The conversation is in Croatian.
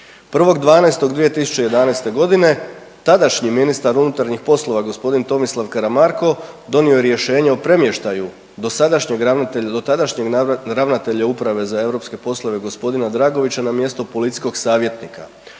1.12.2011.g. tadašnji ministar unutarnjih poslova g. Tomislav Karamarko donio je rješenje o premještaju dosadašnjeg ravnatelja, dotadašnjeg ravnatelja Uprave za europske poslove g. Dragovića na mjesto policijskog savjetnika,